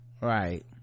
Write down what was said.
right